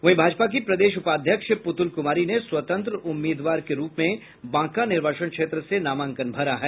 वहीं भाजपा की प्रदेश उपाध्याक्ष पुतुल कुमारी ने स्वतंत्र उम्मीदवार के रूप में बांका निर्वाचन क्षेत्र से नामांकन भरा है